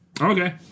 Okay